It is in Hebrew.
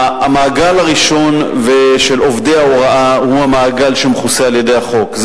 המעגל הראשון של עובדי ההוראה הוא המעגל שמכוסה על-ידי החוק.